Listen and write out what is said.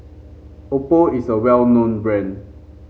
Oppo is a well known brand